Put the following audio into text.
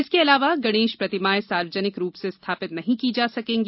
इसके अलावा गणेश प्रतिमाएं सार्वजनिक रूप से स्थापित नहीं की जा सकेंगी